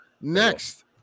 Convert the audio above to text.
Next